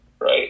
right